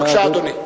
בבקשה, אדוני.